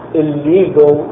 illegal